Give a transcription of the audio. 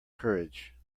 courage